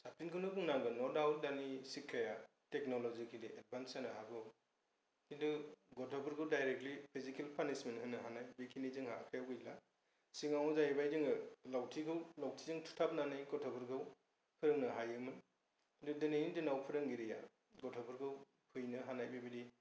साबसिनखौनो बुंनांगोन न' डाउट दानि सिक्षाया टेकन'लजिकेलि एडभान्स जानो हागौ किन्तु गथ'फोरखौ डाइरेक्टलि फिजिकेल पानिसमेन्ट होनो हानाय बेखिनि जोंहा आखाइयाव गैला सिगाङाव जाहैबाय जोङो लावथिखौ लावथिजों थुथाबनानै गथ'फोरखौ फोरोंनो हायोमोन दा दिनैनि दिनाव फोरोंगिरिया गथ'फोरखौ फैनो हानाय बेबायदि